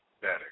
better